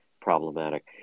problematic